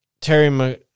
Terry